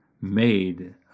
made